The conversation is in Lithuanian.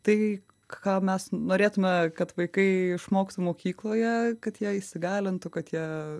tai ką mes norėtume kad vaikai išmoksta mokykloje kad jie įsigalintų kad jie